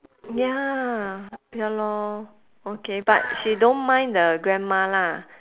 ya ya lor okay but she don't mind the grandma lah